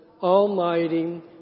almighty